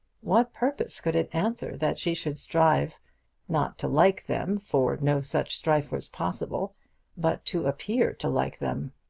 what purpose could it answer that she should strive not to like them, for no such strife was possible but to appear to like them?